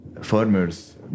farmers